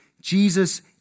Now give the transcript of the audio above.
Jesus